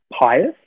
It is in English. pious